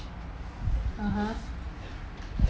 (uh huh)